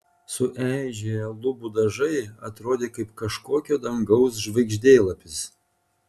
sueižėję lubų dažai atrodė kaip kažkokio dangaus žvaigždėlapis